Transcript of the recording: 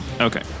Okay